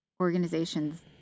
organizations